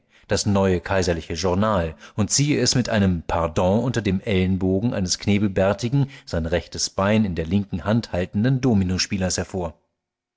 das neue kaiserliche journal und zieh es mit einem pardon unter dem ellenbogen eines knebelbärtigen sein rechtes bein in der linken hand haltenden dominospielers hervor